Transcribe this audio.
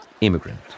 Immigrant